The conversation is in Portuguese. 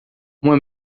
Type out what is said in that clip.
uma